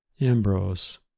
Ambrose